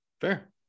Fair